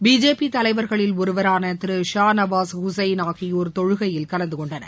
BJP தலைவர்களில் ஒருவராள திரு ஷா நவாஷ் உசேள் ஆகியோர் தொழுகையில் கலந்து கொண்டனர்